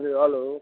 हजुर हेलो